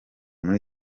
muri